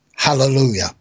Hallelujah